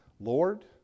Lord